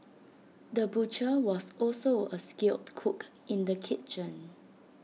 the butcher was also A skilled cook in the kitchen